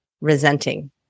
resenting